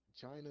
China